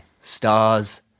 Stars